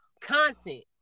content